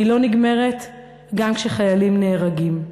היא לא נגמרת גם כשחיילים נהרגים.